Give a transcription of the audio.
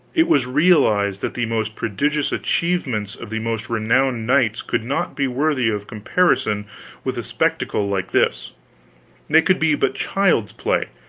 it was realized that the most prodigious achievements of the most renowned knights could not be worthy of comparison with a spectacle like this they could be but child's play,